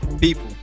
People